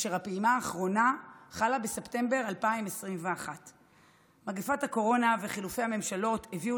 והפעימה האחרונה חלה בספטמבר 2021. מגפת הקורונה וחילופי הממשלות הביאו